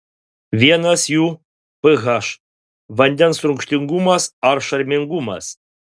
vienas jų ph vandens rūgštingumas ar šarmingumas